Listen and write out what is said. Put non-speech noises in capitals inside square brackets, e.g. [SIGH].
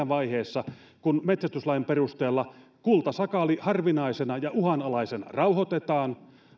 [UNINTELLIGIBLE] vaiheessa kun metsästyslain perusteella kultasakaali harvinaisena ja uhanalaisena rauhoitetaan